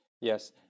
Yes